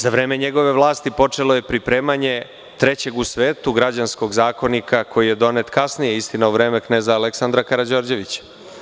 Za vreme njegove vlasti počelo je pripremanje trećeg u svetu građanskog zakonika, koji je donet kasnije, istina u vreme kneza Aleksandra Karađorđevića.